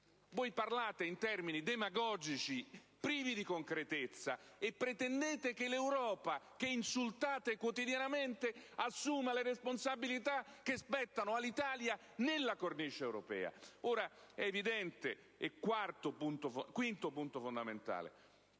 Voi parlate in termini demagogici, privi di concretezza e pretendete che l'Europa, che insultate quotidianamente, assuma le responsabilità che spettano all'Italia nella cornice europea. Ora, signor Presidente, è evidente, ed è il quinto punto fondamentale